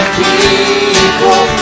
people